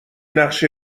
نقش